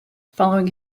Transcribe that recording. following